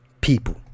people